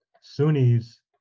Sunnis